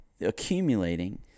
accumulating